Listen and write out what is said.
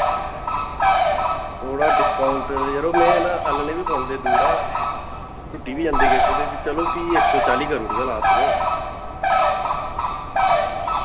थोह्ड़ा डिस्काउंट यरो मैं ना आह्नने बी पौंदे दूरा ते टुट्टी बी जन्दे किश ते चलो फ्ही इक सौ चाली करूड़गा लास्ट मैं